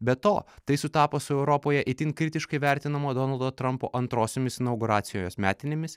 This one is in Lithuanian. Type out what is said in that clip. be to tai sutapo su europoje itin kritiškai vertinamo donaldo trampo antrosiomis inauguracijos metinėmis